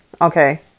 okay